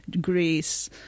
Greece